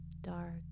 Dark